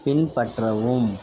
பின்பற்றவும்